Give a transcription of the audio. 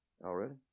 Already